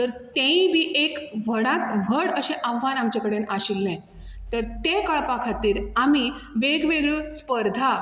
तर तें बी एक व्हडांत व्हड आव्हान आमचें कडेन आशिल्लें तर तें कळपा खातीर आमी वेगळ्योवेगळ्यो स्पर्धा